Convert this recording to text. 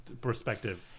perspective